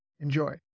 Enjoy